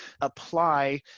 apply